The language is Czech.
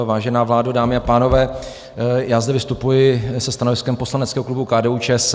Vážená vládo, dámy a pánové, já zde vystupuji se stanoviskem poslaneckého klubu KDUČSL.